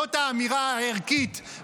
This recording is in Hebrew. עד כדי כך הסיקור